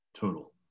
total